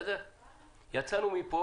יצאנו מפה